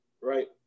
right